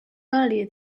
earlier